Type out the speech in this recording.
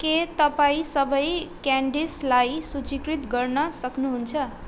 के तपाईँ सबै क्यान्डिसलाई सूचीकृत गर्न सक्नुहुन्छ